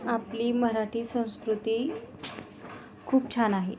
आपली मराठी संस्कृती खूप छान आहे